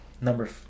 number